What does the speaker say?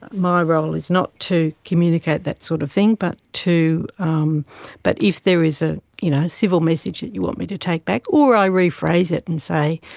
my role is not to communicate that sort of thing, but um but if there is a you know civil message that you want me to take back, or i rephrase it and say,